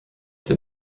did